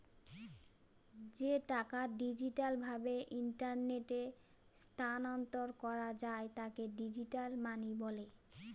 যে টাকা ডিজিটাল ভাবে ইন্টারনেটে স্থানান্তর করা যায় তাকে ডিজিটাল মানি বলে